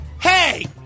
Hey